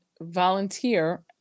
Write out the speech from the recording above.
volunteer